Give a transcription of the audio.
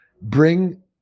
bring